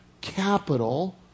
capital